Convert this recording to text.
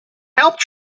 helped